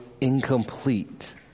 incomplete